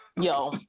Yo